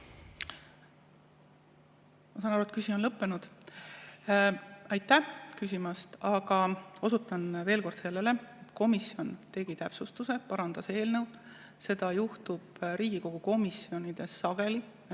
Ma saan aru, et küsimus on lõppenud. Aitäh! Osutan veel kord sellele, et komisjon tegi täpsustuse ja parandas eelnõu. Seda juhtub Riigikogu komisjonides sageli,